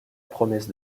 promesse